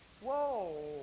whoa